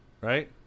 right